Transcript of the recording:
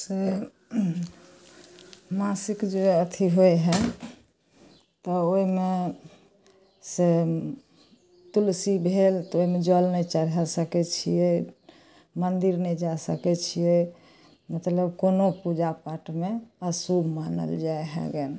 से मासिक जे अथी होइ हइ तऽ ओहिमे से तुलसी भेल तऽ ओहिमे जल नहि चढ़ा सकै छियै मन्दिर नहि जा सकै छियै मतलब कोनो पूजा पाठ मे अशुभ मानल जाइ हैगेन